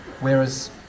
Whereas